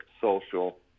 social